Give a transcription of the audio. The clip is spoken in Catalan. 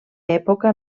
època